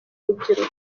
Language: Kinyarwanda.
rubyiruko